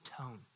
tone